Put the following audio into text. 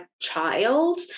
child